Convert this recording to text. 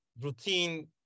routine